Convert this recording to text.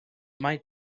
might